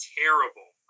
terrible